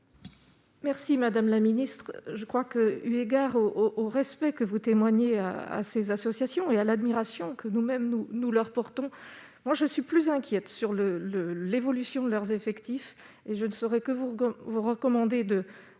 Merci madame la ministre, je crois que, eu égard au au respect que vous témoignez à à ces associations et à l'admiration que nous-mêmes nous nous leur porte. Moi, je suis plus inquiète sur le le l'évolution de leurs effectifs, et je ne saurais que vous vous recommander de